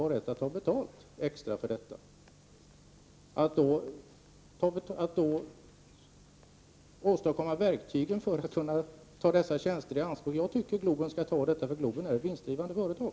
Jag anser att Globen skall tillhandahålla de verktyg som behövs för att ta dessa tjänster i anspråk, eftersom Stockholm Globen Arena är ett vinstdrivande företag.